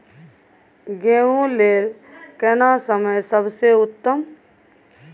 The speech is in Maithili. गेहूँ लेल केना समय सबसे उत्तम?